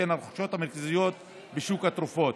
שהן הרוכשות המרכזיות בשוק התרופות.